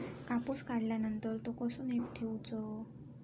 कापूस काढल्यानंतर तो कसो नीट ठेवूचो?